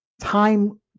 time